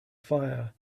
fire